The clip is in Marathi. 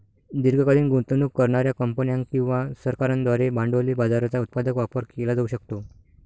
दीर्घकालीन गुंतवणूक करणार्या कंपन्या किंवा सरकारांद्वारे भांडवली बाजाराचा उत्पादक वापर केला जाऊ शकतो